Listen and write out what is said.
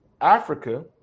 Africa